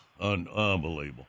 Unbelievable